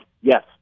yes